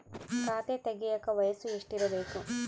ಖಾತೆ ತೆಗೆಯಕ ವಯಸ್ಸು ಎಷ್ಟಿರಬೇಕು?